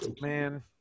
Man